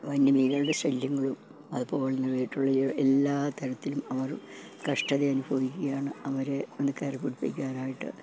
വന്യജീവികളുടെ ശല്യങ്ങളും അതുപോലെ തന്നെ വീട്ടുള്ള എല്ലാ തരത്തിലും അവർ കഷ്ടത അനുഭവിക്കുകയാണ് അവരെ ഒന്ന് കരപിടിപ്പിക്കാനായിട്ട്